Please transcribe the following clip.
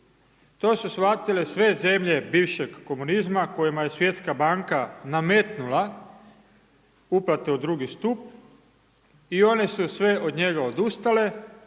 To su shvatile sve zemlje bivšeg komunizma kojima je svjetska banka nametnula uplate u drugi stup i one su sve od njega odustale